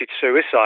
suicide